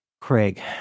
Craig